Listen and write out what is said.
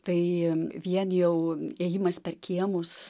tai vien jau ėjimas per kiemus